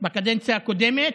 בקדנציה הקודמת,